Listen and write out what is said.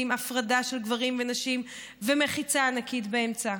עם הפרדה של גברים ונשים ומחיצה ענקית באמצע.